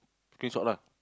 screenshot lah